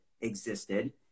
existed